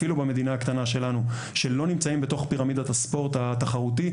אפילו במדינה הקטנה שלנו שלא נמצאים בתוך פירמידת הספורט התחרותי,